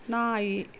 ನಾಯಿ